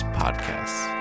podcasts